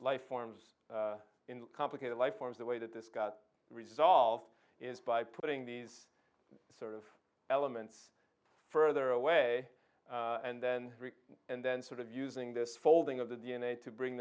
life forms in complicated life forms the way that this got resolved is by putting these sort of elements further away and then and then sort of using this folding of the d n a to bring